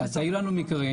אז היו לנו מקרים,